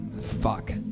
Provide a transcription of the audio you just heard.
Fuck